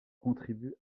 contribuent